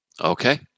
Okay